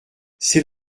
c’est